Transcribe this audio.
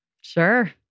Sure